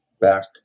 back